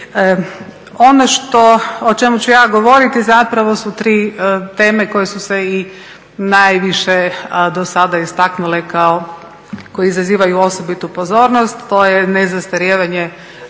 što, o čemu ću ja govoriti zapravo su tri teme koje su se i najviše do sada istaknule kao, koje izazivaju osobitu pozornost. To je nezastarijevanje